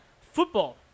Football